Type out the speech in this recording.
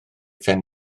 phen